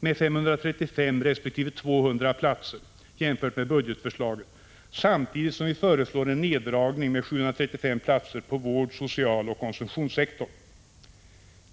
med 535 resp. 200 platser jämfört med budgetförslaget, samtidigt som vi föreslår en neddragning med 735 platser på vård-, socialoch konsumtionssektorn.